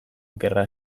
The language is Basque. gerra